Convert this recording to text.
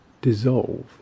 dissolve